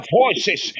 voices